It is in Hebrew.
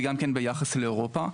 וגם כן ביחס לאירופה.